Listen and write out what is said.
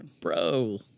bro